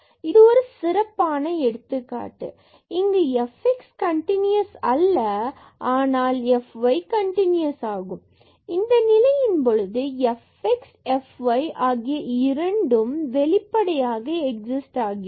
இது ஒரு சிறப்பான எடுத்துக்காட்டு இங்கு fx கண்டினுயஸ் அல்ல ஆனால் fy கன்டினுயஸ் ஆகும் இந்த நிலையின் போது fx and fy ஆகிய இரண்டும் வெளிப்படையாக எக்ஸிஸ்ட் ஆகிறது